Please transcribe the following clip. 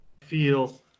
feel